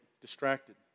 distracted